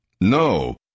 No